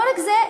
לא רק זה,